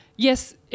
Yes